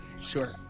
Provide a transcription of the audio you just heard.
sure